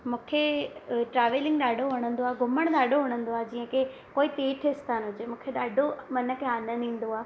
मूंखे ट्रेवलिंग ॾाढो वणंदो आहे घुमणु ॾाढो वणंदो आहे जीअं की कोई तीर्थ स्थानु हुजे मूंखे ॾाढो मन खे आनंदु ईंदो आहे